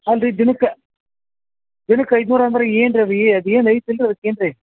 ಅಲ್ರಿ ದಿನಕ್ಕೆ ದಿನಕ್ಕೆ ಐದುನೂರ ಅಂದರೆ ಏನು ರೀ ಅದು ಏ ಅದು ಏನೈತಿ ಅಂತ